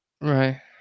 Right